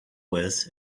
with